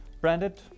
branded